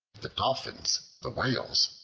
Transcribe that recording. the dolphins, the whales,